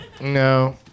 No